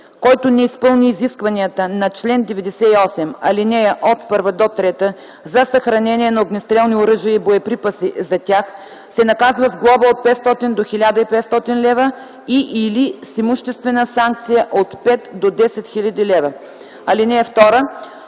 Който не изпълни изискванията на чл. 98, ал. 1-3 за съхранение на огнестрелни оръжия и боеприпаси за тях, се наказва с глоба от 500 до 1500 лв. и/или с имуществена санкция от 5000 до 10 000 лв. (2) При повторно